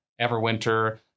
Everwinter